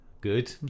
good